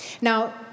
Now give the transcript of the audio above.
Now